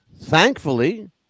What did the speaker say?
thankfully